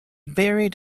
buried